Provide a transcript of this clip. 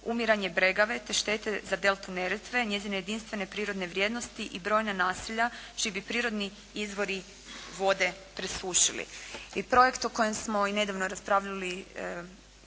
umiranje Bregave, te štete za deltu Neretve, njezine jedinstvene prirodne vrijednosti i brojna nasilja čiji bi prirodni izvori vode presušili. I projekt o kojem smo i nedavno raspravljali